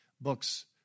books